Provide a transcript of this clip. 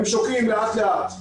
הם שוקעים לאט לאט,